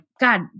God